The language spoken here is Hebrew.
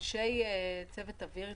אנשי צוות אוויר התחסנו?